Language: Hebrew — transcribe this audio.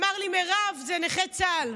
ואמר לי: מירב, זה נכי צה"ל.